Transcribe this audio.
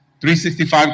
365